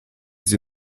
sie